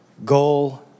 Goal